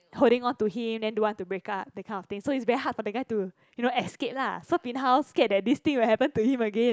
holding on to him then don't want to break up that kind of thing so it's very hard for the guy to you know escape lah so bin hao very scared that this thing will happen to him again